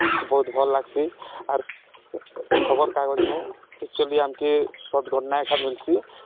ବହୁତ୍ ଭଲ୍ ଲାଗ୍ସି ଆର୍ ଖବର୍କାଗଜ୍ନୁ ଏକ୍ଚୁଆଲି ଆମ୍କେ ସତ୍ ଘଟଣା ଏଖା ମିଲ୍ସି